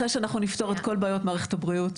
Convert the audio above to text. אחרי שאנחנו נפתור את כל בעיות מערכת הבריאות.